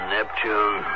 Neptune